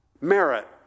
merit